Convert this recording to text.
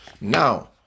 now